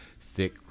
thick